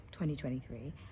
2023